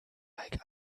like